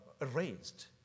erased